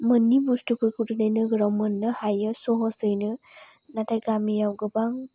मोनै बुस्तुफोरखौ दिनै नोगोराव मोननो हायो सहसैनो नाथाय गामियाव गोबां